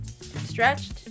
Stretched